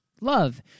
love